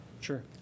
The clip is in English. sure